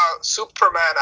Superman